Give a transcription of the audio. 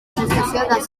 gestació